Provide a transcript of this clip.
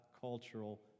cultural